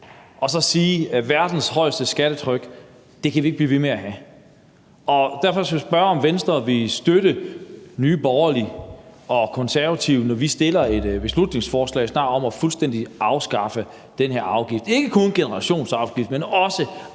og så sige, at verdens højeste skattetryk kan vi ikke blive ved med at have. Og derfor vil jeg spørge, om Venstre vil støtte Nye Borgerlige og Konservative, når vi snart fremsætter et beslutningsforslag om fuldstændig at afskaffe den her afgift, ikke kun generationsskifteafgiften, men også